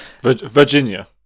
Virginia